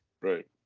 Right